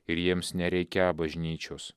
ir jiems nereikią bažnyčios